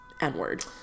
n-word